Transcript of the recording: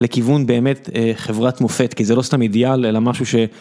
לכיוון באמת חברת מופת, כי זה לא סתם אידיאל, אלא משהו ש...